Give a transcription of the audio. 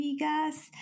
amigas